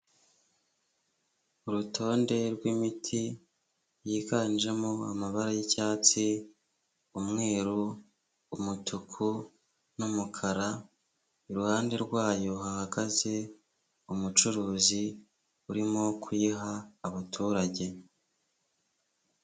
Urutonde rw'imiti yiganjemo amabara y'icyatsi, umweru, umutuku n'umukara, iruhande rwayo hahagaze umucuruzi urimo kuyiha abaturage.